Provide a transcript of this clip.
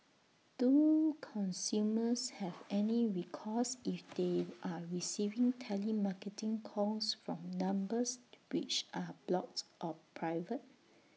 do consumers have any recourse if they are receiving telemarketing calls from numbers which are blocked or private